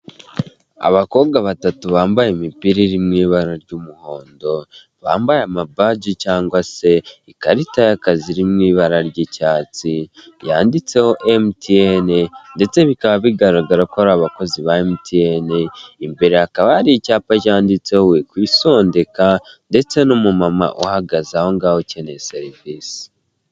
Abakobwa batatu bambaye imipira iri mu ibara ry'umuhondo, bambaye amabaje cyangwa se ikarita y'akazi iri mu ibara ry'icyatsi, yanditseho TMN, ndetse bikaba bigaragara ko ari abakozi ba MTN, imbere hakaba hari icyaba cyanditseho wikwisongeka, ndetse n'umumama uhagaze ahongaho ukeneye serivisi.